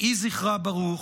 יהי זכרה ברוך,